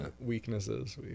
weaknesses